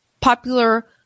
popular